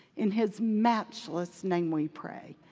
in his matchless name we pray,